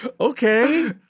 okay